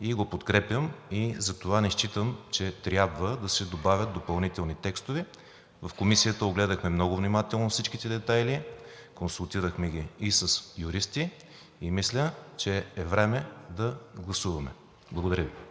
и го подкрепям и затова не считам, че трябва да се добавят допълнителни текстове. В Комисията огледахме много внимателно всичките детайли, консултирахме ги и с юристи и мисля, че е време да гласуваме. Благодаря Ви.